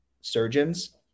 Surgeons